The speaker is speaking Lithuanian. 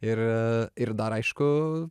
ir ir dar aišku